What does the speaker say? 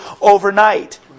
overnight